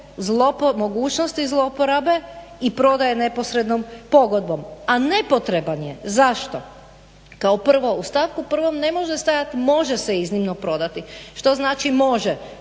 mogućnosti zlouporabe i prodaje neposrednom pogodbom, a nepotreban je. Zašto? Kao prvo u stavku 1. ne može stajati može se iznimno prodati. Što znači može?